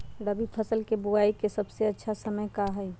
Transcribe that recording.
रबी फसल के बुआई के सबसे अच्छा समय का हई?